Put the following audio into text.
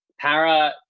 Para